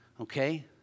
okay